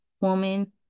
woman